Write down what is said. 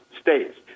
states